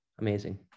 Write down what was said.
Amazing